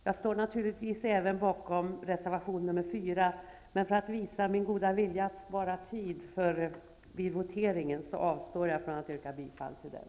Jag står naturligtvis bakom också reservation 4, men för att visa min goda vilja att spara kammarens tid vid voteringen avstår jag från att yrka bifall till den.